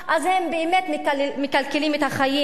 אז הם באמת מקלקלים את החיים,